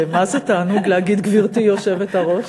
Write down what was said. ומה-זה-תענוג להגיד גברתי היושבת-ראש,